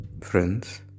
Friends